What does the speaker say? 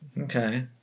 Okay